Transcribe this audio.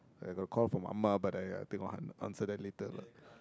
I got call from ah ma but think I'll answer that later